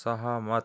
सहमत